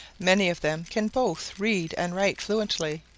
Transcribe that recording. many of them can both read and write fluently,